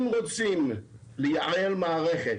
רוצים לייעל מערכת,